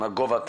מה גובה הקיצוץ?